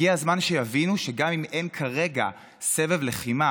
הגיע הזמן שיבינו שגם אם אין כרגע סבב לחימה,